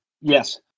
Yes